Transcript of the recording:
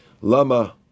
lama